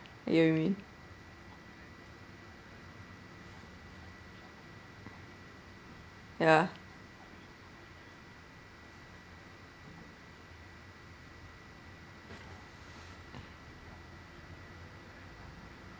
ya you mean ya